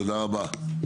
תודה רבה.